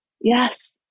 yes